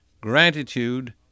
gratitude